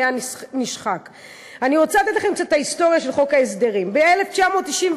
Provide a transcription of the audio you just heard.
אני רוצה להזכיר לכם שחוק ההסדרים הגיע עקב משבר,